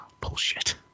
bullshit